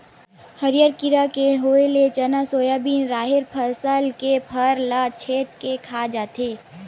हरियर कीरा के होय ले चना, सोयाबिन, राहेर फसल के फर ल छेंद के खा जाथे